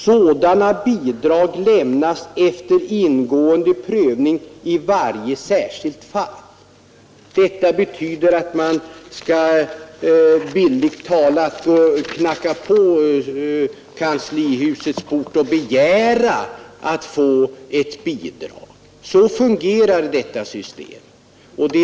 Sådana bidrag lämnas efter ingående prövning i varje särskilt fall.” Detta betyder att man bildligt talat skall knacka på kanslihusets port och begära att få ett bidrag. Så fungerar det nuvarande systemet.